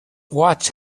watch